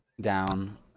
down